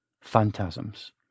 phantasms